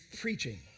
preaching